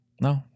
No